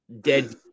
dead